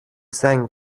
زنگ